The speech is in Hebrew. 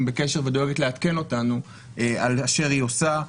בקשר ודואגת לעדכן אותנו על אשר היא עושה,